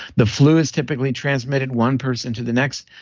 the flu is typically transmitted one person to the next,